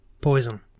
poison